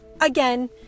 again